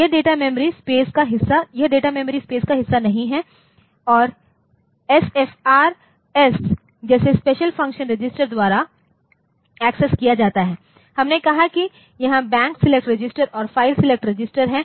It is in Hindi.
यह डेटा मेमोरी स्पेस का हिस्सा नहीं है और यह एसएफआरएस जैसे स्पेशल फंक्शन रजिस्टर द्वारा एक्सेस किया जाता है हमने कहा कि यहाँ बैंक सिलेक्ट रजिस्टर और फाइल सेलेक्ट रजिस्टर हैं